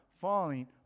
falling